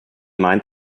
meint